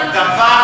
זה דבר,